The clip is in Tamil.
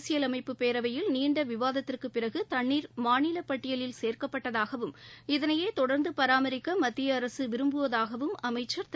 அரசியல் அமைப்பு பேரவையில் நீண்ட விவாததிற்கு பிறகு தண்ணீர் மாநில பட்டியலில் சேர்க்கப்பட்டதாகவும் இதனையே தொடர்ந்து பராமரிக்க மத்திய அரசு விரும்புவதாகவும் அமைச்சர் தெரிவித்தார்